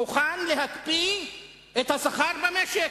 מוכן להקפיא את השכר במשק,